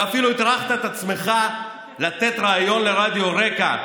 ואפילו הטרחת את עצמך לתת ריאיון לרדיו רק"ע,